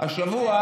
השבוע